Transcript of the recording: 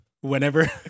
whenever